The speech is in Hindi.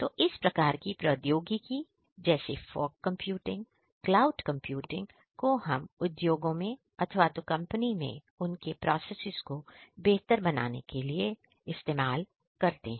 तो इस प्रकार की प्रौद्योगिकी जैसे फोग कंप्यूटिंग क्लाउड कंप्यूटिंग को हम उद्योगों में अथवा तो कंपनी में उनके प्रोसेसेस को बेहतर बनाने के लिए इस्तेमाल करते हैं